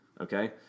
Okay